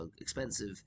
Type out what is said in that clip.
expensive